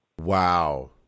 Wow